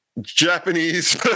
Japanese